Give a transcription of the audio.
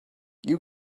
you